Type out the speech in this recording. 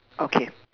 okay